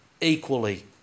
equally